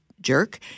jerk